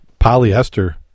Polyester